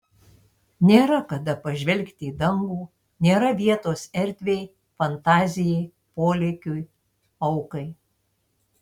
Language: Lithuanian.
nėra kada pažvelgti į dangų nėra vietos erdvei fantazijai polėkiui aukai